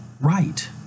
right